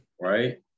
right